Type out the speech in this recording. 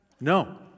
No